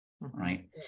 right